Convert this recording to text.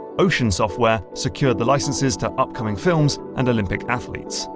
ocean software secured the licenses to upcoming films and olympic athletes.